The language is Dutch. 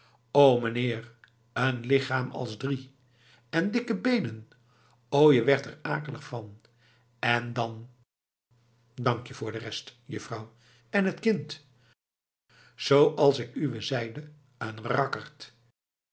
o meneer een lichaam als drie en dikke beenen o je werdt er akelig van en dan dank je voor de rest juffrouw en t kind zooals ik uwé zei een rakkerd